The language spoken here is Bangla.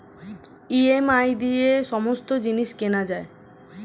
ই.এম.আই দিয়ে সমস্ত জিনিস কেনা যায়